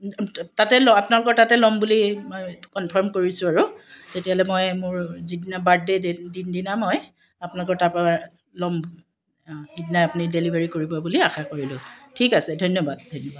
তাতে ল আপোনালোকৰ তাতে ল'ম বুলি মই কনফাৰ্ম কৰিছোঁ আৰু তেতিয়াহ'লে মই মোৰ যিদিনা বাৰ্থডে' দিন দিনা মই আপোনালোকৰ তাৰ পৰা ল'ম অঁ সিদিনাই আপুনি ডেলিভাৰী কৰিব বুলি আশা কৰিলোঁ ঠিক আছে ধন্যবাদ ধন্যবাদ